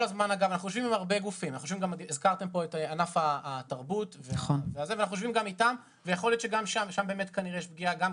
אנחנו יושבים גם עם ענף התרבות שגם שם יש פגיעה משמעותית.